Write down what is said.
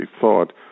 thought